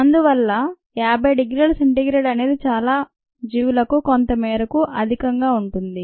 అందువల్ల 50 డిగ్రీల c అనేది చాలా బయో ులకు కొంత మేరకు అధిక ంగా ఉంటుంది